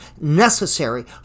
necessary